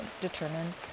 determine